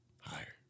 Higher